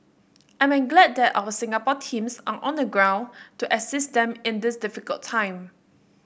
I am glad that our Singapore teams are on the ground to assist them in this difficult time